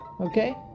Okay